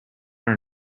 our